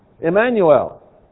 Emmanuel